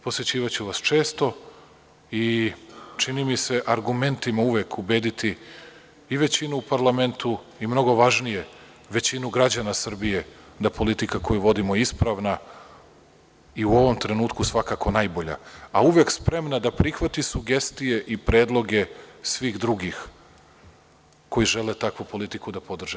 Posećivaću vas često i čini mi se argumentima uvek ubediti i većinu u parlamentu i mnogo važnije, većinu građana Srbije da je politika koju vidimo ispravna i u ovom trenutku svakako najbolja, a uvek spremna da prihvati sugestije i predloge svih drugih koji žele takvu politiku da podrže.